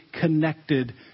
connected